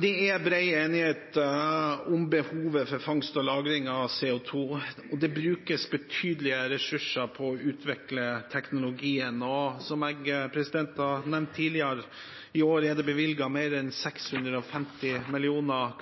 Det er bred enighet om behovet for fangst og lagring av CO2, og det brukes betydelige ressurser på å utvikle teknologien. Som jeg har nevnt tidligere i år, er det bevilget mer enn 650 mill.